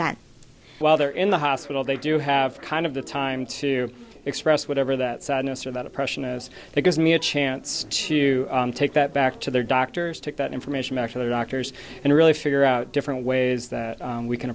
out while they're in the hospital they do have kind of the time to express whatever that sadness of oppression is that gives me a chance to take that back to their doctors took that information back to the doctors and really figure out different ways that we can